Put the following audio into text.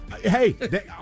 Hey